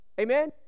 Amen